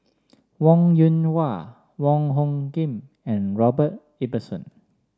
Wong Yoon Wah Wong Hung Khim and Robert Ibbetson